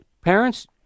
parents